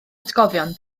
atgofion